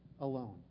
alone